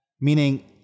meaning